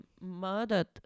murdered